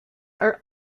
are